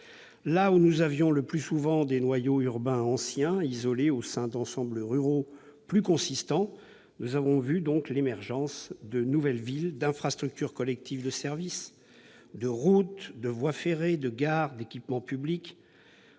Là où se trouvaient, le plus souvent, des noyaux urbains anciens, isolés au sein d'ensembles ruraux plus consistants, nous avons assisté à l'émergence de nouvelles villes, d'infrastructures collectives, de services, de routes, de voies ferrées et de ponts, de gares, d'équipements publics,